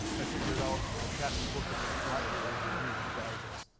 i figured out the best book in the library was the reader's digest.